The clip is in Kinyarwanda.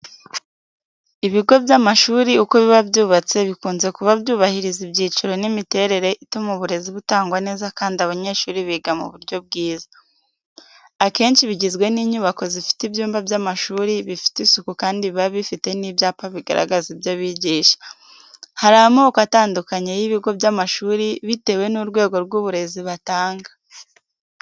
Ibigo by’amashuri uko biba byubatse bikunze kuba byubahiriza ibyiciro n’imiterere ituma uburezi butangwa neza kandi abanyeshuri biga mu buryo bwiza. Akenshi bigizwe n’inyubako zifite ibyumba by’amashuri bifite isuku kandi biba bifite n'ibyapa bigaragaza ibyo bigisha. Hari amoko atandukanye y’ibigo by’amashuri bitewe n’urwego rw’uburezi batanga.